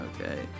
Okay